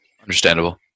Understandable